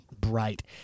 bright